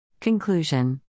Conclusion